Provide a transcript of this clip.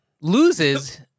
loses